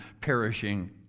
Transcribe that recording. perishing